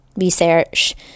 research